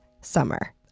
summer